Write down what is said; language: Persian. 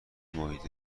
محیط